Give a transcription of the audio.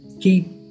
keep